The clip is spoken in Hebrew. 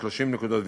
בכ-30 נקודות ויותר.